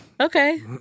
Okay